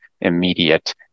immediate